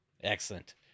excellent